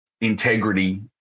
integrity